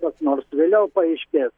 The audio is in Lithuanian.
kas nors vėliau paaiškės